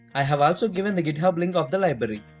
i have also given the github link of the library,